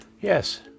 Yes